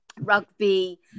rugby